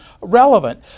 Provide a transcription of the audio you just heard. relevant